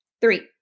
three